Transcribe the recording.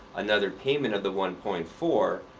another payment of the one point four,